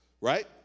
Right